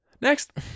next